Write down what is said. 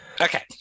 Okay